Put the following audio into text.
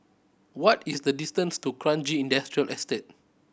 what is the distance to Kranji Industrial Estate